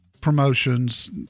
promotions